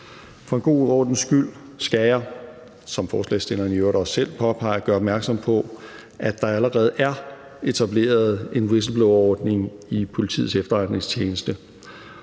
For en god ordens skyld skal jeg, som forslagsstillerne i øvrigt også selv påpeger, gøre opmærksom på, at der allerede er etableret en whistleblowerordning i Politiets Efterretningstjeneste.